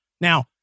Now